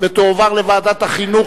ואני באמת הייתי נענה לבקשתה,